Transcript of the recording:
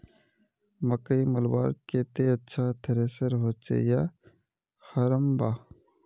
मकई मलवार केते अच्छा थरेसर होचे या हरम्बा?